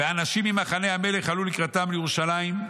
"ואנשים ממחנה המלך עלו לקראתם לירושלים,